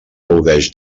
gaudeix